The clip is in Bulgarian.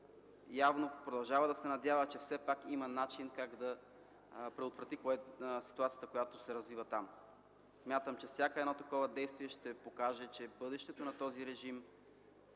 явно продължава да се надява, че все пак има начин да предотврати ситуацията, която се развива там. Смятам, че всяко такова действие ще покаже, че бъдещето на този режим